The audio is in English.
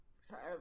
Sorry